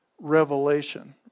revelation